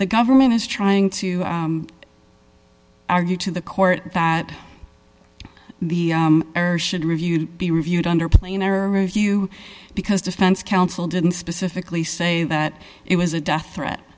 the government is trying to argue to the court that the air should review be reviewed under planar review because defense counsel didn't specifically say that it was a death threat